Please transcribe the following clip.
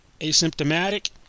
asymptomatic